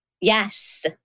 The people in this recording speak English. Yes